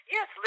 Yes